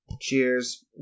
Cheers